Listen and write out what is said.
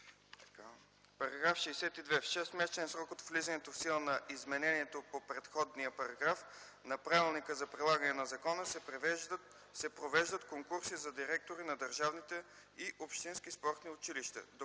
„§ 62. В шестмесечен срок от влизането в сила на изменението по предходния параграф на правилника за прилагане на закона се провеждат конкурси за директори на държавните и общински спортни училища.